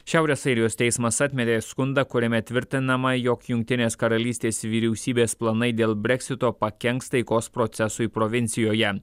šiaurės airijos teismas atmetė skundą kuriame tvirtinama jog jungtinės karalystės vyriausybės planai dėl breksito pakenks taikos procesui provincijoje